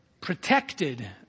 protected